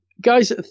guys